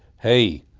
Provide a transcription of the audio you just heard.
hey,